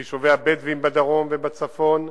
וביישובי הבדואים בדרום ובצפון,